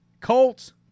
Colts